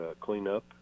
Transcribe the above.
cleanup